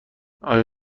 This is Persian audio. آیا